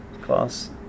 class